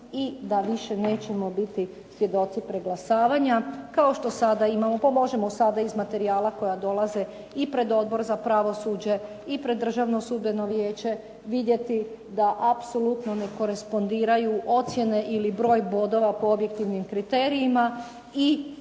i da više nećemo biti svjedoci preglasavanja kao što sada imamo pa možemo sada iz materijala koji dolaze i pred Odbor za pravosuđe i pred Državno sudbeno vijeće vidjeti da apsolutno ne korespondiraju ocjene ili broj bodova po objektivnim kriterijima